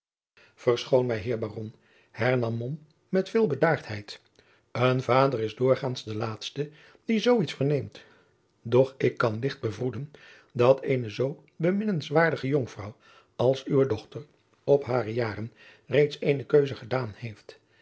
verschoon mij heer baron hernam mom met veel bedaardheid een vader is doorgaands de laatste die zoo iets verneemt doch ik kan licht bevroeden dat eene zoo beminnenswaardige jonkvrouw als uwe dochter op hare jaren reeds eene keuze gedaan heeft